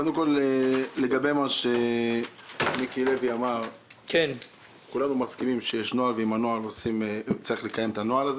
כולנו מסכימים עם מיקי לוי שיש נוהל וצריך לשמור על קיומו.